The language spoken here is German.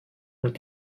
und